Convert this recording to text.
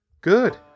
good